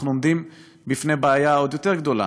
אנחנו עומדים בפני בעיה עוד יותר גדולה,